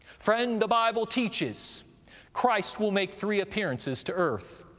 friend, the bible teaches christ will make three appearances to earth.